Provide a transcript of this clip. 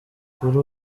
kuri